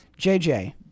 JJ